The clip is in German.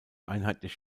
einheitlich